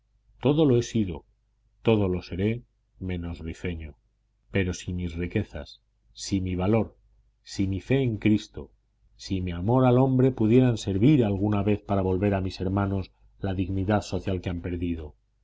todo lo he sido todo lo seré menos rifeño pero si mis riquezas si mi valor si mi fe en cristo si mi amor al hombre pudieran servir alguna vez para volver a mis hermanos la dignidad social que han perdido